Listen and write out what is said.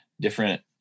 Different